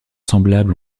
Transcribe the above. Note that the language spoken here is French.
semblables